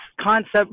concept